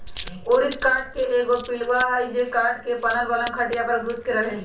ऊरिस काठ के एगो पिलुआ हई जे काठ के बनल पलंग खटिया पर घुस के रहहै